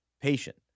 patient